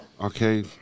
Okay